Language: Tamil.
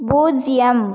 பூஜ்ஜியம்